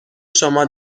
شما